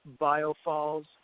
biofalls